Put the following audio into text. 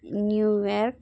New York